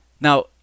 Now